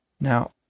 Now